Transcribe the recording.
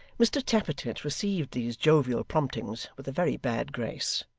mr tappertit received these jovial promptings with a very bad grace,